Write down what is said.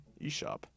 eShop